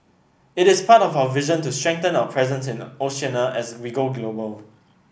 it is part of our vision to strengthen our presence in Oceania as we go global